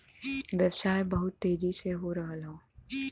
व्यवसाय बहुत तेजी से हो रहल हौ